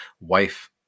wife